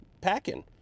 packing